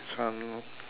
this one